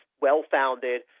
well-founded